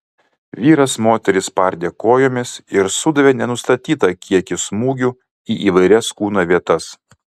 vyras moterį spardė kojomis ir sudavė nenustatytą kiekį smūgių į įvairias kūno vietas